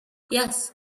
yes